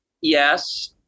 Yes